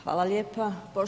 Hvala lijepa.